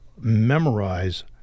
memorize